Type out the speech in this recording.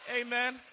Amen